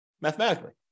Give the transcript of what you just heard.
mathematically